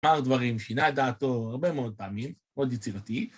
פער דברים שינה דעתו הרבה מאוד פעמים, מאוד יצירתי.